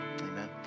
Amen